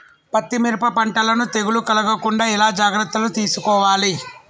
పత్తి మిరప పంటలను తెగులు కలగకుండా ఎలా జాగ్రత్తలు తీసుకోవాలి?